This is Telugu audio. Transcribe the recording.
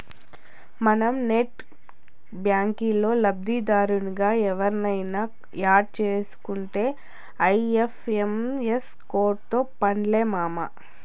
మనం నెట్ బ్యాంకిల్లో లబ్దిదారునిగా ఎవుర్నయిన యాడ్ సేసుకుంటే ఐ.ఎఫ్.ఎం.ఎస్ కోడ్తో పన్లే మామా